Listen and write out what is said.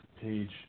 page